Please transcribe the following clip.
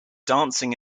dancing